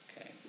okay